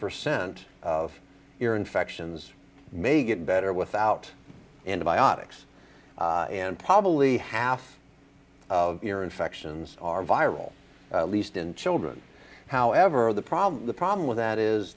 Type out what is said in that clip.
percent of ear infections may get better without antibiotics and probably half of ear infections are viral at least in children however the problem the problem with that is